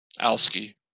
Alski